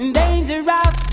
dangerous